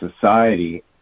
society